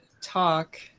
talk